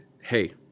hey